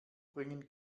bringen